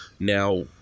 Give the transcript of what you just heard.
Now